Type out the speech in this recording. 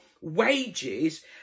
wages